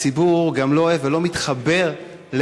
הציבור גם לא אוהב וגם לא מתחבר לפתטיות.